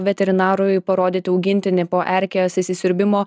veterinarui parodyti augintinį po erkės įsisiurbimo